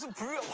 drew